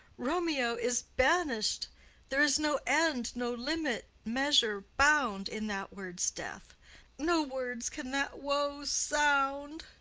romeo is banished' there is no end, no limit, measure, bound, in that word's death no words can that woe sound.